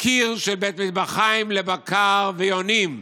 קיר של בית מטבחיים לבקָר ויונים.